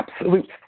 absolute